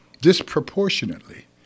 disproportionately